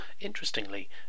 interestingly